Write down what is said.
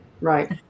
Right